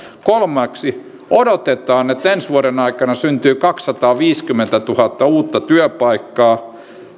kolmanneksi odotetaan että ensi vuoden aikana syntyy kaksisataaviisikymmentätuhatta uutta työpaikkaa